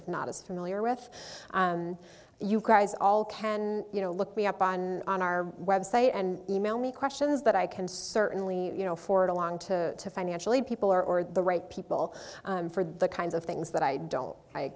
of not as familiar with and you guys all can you know look me up on on our web site and e mail me questions that i can certainly you know forward along to financially people or the right people for the kinds of things that i don't i